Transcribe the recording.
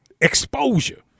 exposure